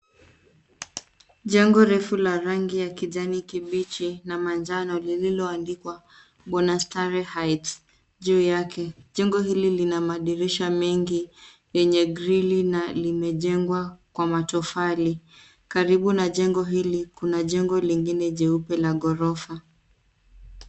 Jengo refu la rangi ya kijani kibichi na manjano lililoandikwa, bonastare heights, juu yake. Jengo hili lina madirisha mengi yenye grill na limejengwa kwa matofali. Karibu na jengo hili kuna jengo lingine jeupe la ghorofa.